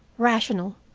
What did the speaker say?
rational,